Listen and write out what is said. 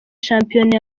shampiyona